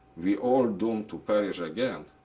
we all doomed to perish again.